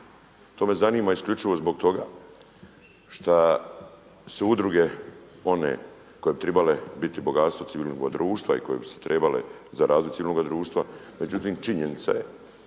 To me zanima isključivo zbog toga šta su udruge one koje bi trebale biti bogatstvo civilnog društva i koje bi se trebale za razvoj civilnog društva, međutim činjenica je